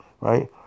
right